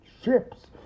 ships